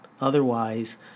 otherwise